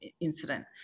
incident